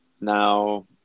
now